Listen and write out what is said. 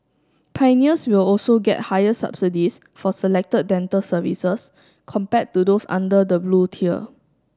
pioneers will also get higher subsidies for selected dental services compared to those under the Blue tier